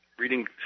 reading